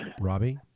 robbie